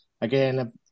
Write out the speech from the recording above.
Again